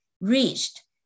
reached